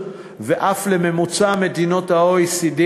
ואף לממוצע במדינות ה-OECD,